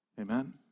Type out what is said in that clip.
Amen